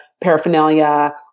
paraphernalia